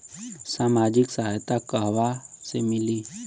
सामाजिक सहायता कहवा से मिली?